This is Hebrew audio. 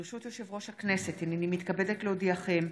ברשות יושב-ראש הכנסת, הינני מתכבדת להודיעכם,